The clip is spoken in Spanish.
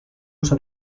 uso